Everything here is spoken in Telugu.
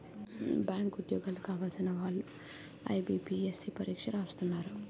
బ్యాంకు ఉద్యోగాలు కావలసిన వాళ్లు ఐబీపీఎస్సీ పరీక్ష రాస్తున్నారు